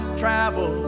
travel